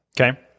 okay